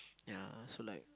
ya so like